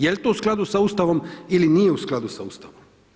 Je li to u skladu sa Ustavom ili nije u skladu sa Ustavom?